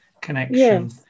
connection